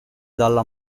dalla